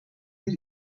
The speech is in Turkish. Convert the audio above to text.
bir